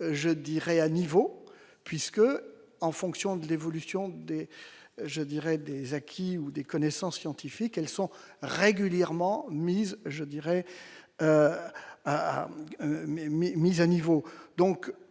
je dirais à niveau puisque, en fonction de l'évolution des je dirais des acquis ou des connaissances scientifiques, elles sont régulièrement mises je dirais